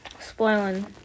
spoiling